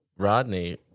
Rodney